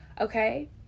okay